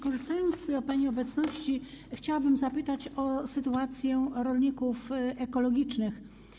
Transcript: Korzystając z pani obecności, chciałabym zapytać o sytuację rolników ekologicznych.